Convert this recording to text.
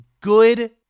good